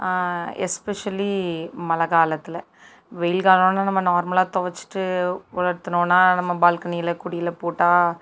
especially மழை காலத்தில் வெயில் காலம்னா நம்ம நார்மலாக துவச்சிட்டு உலர்த்துனோன்னா நம்ம பால்கனியில் கொடியில் போட்டால்